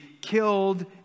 killed